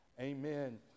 amen